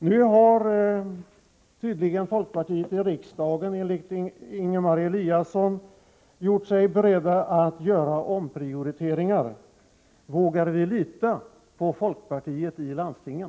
Nu har tydligen folkpartiet, enligt Ingemar Eliasson, i riksdagen gjort sig berett att göra omprioriteringar. Vågar vi lita på folkpartiet i landstingen?